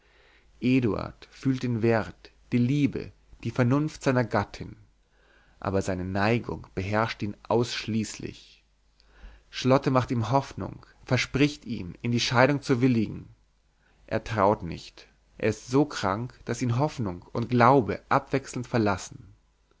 fühlt den wert die liebe die vernunft seiner gattin aber seine neigung beherrscht ihn ausschließlich charlotte macht ihm hoffnung verspricht ihm in die scheidung zu willigen er traut nicht er ist so krank daß ihn hoffnung und glaube abwechselnd verlassen